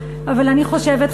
אבל אני חושבת,